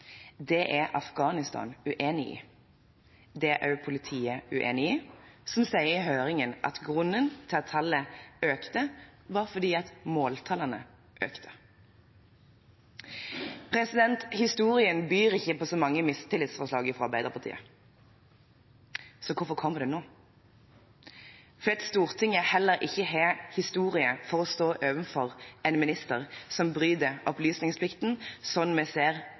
Det er Afghanistan uenig i. Det er også politiet uenig i, som sier i høringen at grunnen til at tallet økte, var at måltallene økte. Historien byr ikke på så mange mistillitsforslag fra Arbeiderpartiet, så hvorfor kommer det nå? Heller ikke Stortinget har en historie om å stå overfor en minister som bryter opplysningsplikten, slik som vi ser